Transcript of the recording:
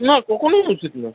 না কখনোই উচিত না